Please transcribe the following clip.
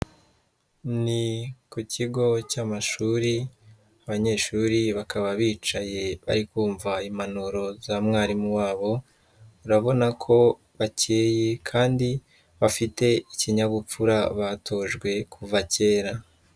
Ni ku kigo cy'amashuri, abanyeshuri bakaba bicaye bari kumva impanuro za mwarimu wabo, urabona ko bakeye kandi bafite ikinyabupfura batojwe kuva kera.